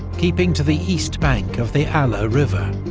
keeping to the east bank of the alle ah river.